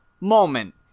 moment